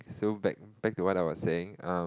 so back back to what I was saying um